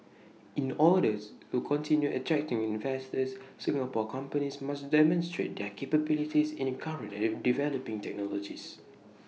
in orders to continue attracting investors Singapore companies must demonstrate their capabilities in current and developing technologies